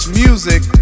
music